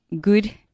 good